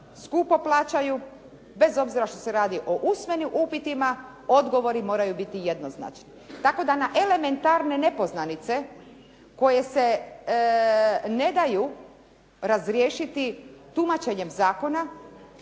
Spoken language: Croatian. skupo plaćaju bez obzira što se radi o usmenim upitima odgovori moraju biti jednoznačni, tako da na elementarne nepoznanice koje se ne daju razriješiti tumačenjem zakona